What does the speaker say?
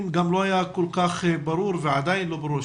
לא היה כל כך ברור ועדיין לא ברור.